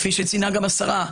כפי שציינה השרה,